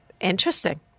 Interesting